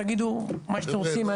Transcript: תגידו מה שאתם רוצים.